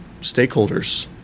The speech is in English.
stakeholders